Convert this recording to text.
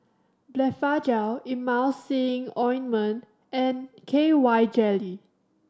Blephagel Emulsying Ointment and K Y Jelly